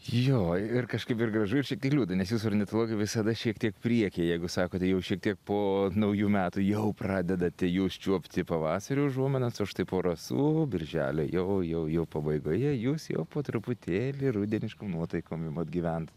jo ir kažkaip ir gražu ir šiek tiek liūdna nes jūs ornitologai visada šiek tiek priekyje jeigu sakote jau šiek tiek po naujų metų jau pradedate jūs čiuopti pavasario užuominas o štai po rasų birželio jau jau jau pabaigoje jūs jau po truputėlį rudeniškom nuotaikom imat gyvent